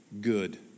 good